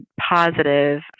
positive